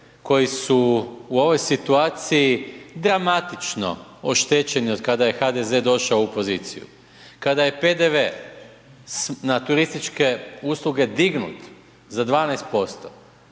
koji su u ovoj situaciji dramatično oštećeni od kada je HDZ došao u poziciju. Kada je PDV na turističke usluge dignut za 12%,